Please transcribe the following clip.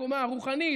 הקומה הרוחנית,